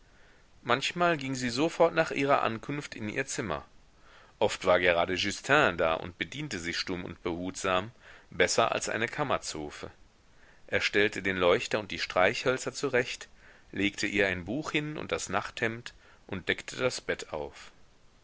manchmal ging sie sofort nach ihrer ankunft in ihr zimmer oft war gerade justin da und bediente sie stumm und behutsam besser als eine kammerzofe er stellte den leuchter und die streichhölzer zurecht legte ihr ein buch hin und das nachthemd und deckte das bett auf